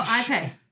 okay